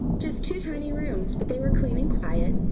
just two tiny rooms, but they were clean and quiet,